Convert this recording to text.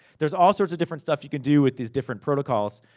there's all sorts of different stuff you can do with these different protocols,